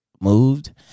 moved